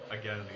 again